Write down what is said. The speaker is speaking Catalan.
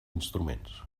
instruments